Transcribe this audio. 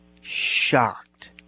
shocked